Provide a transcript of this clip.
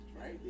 right